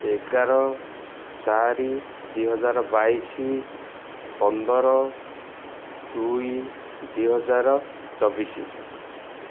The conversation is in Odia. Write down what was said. ଏଗାର ଚାରି ଦୁଇହଜାର ବାଇଶି ପନ୍ଦର ଦୁଇ ଦୁଇହଜାର ଚବିଶି